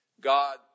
God